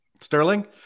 Sterling